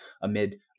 amid